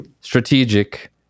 strategic